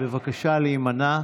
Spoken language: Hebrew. בבקשה להימנע.